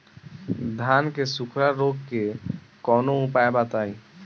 धान के सुखड़ा रोग के कौनोउपाय बताई?